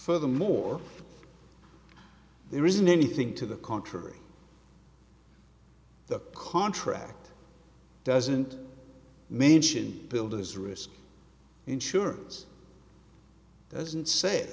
furthermore there isn't anything to the contrary the contract doesn't mention builders risk insurance doesn't say